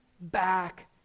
back